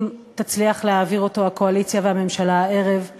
אם יצליחו הקואליציה והממשלה להעביר אותו הערב,